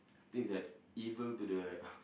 things that evil to the